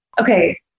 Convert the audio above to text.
Okay